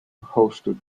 hosted